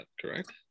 correct